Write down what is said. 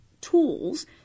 tools